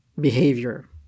behavior